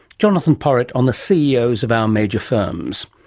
jonathon porritt on the ceos of our major firms.